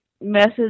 message